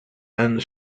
and